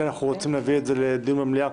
יושב-ראש הוועדה ביקש ממני את הבקשה,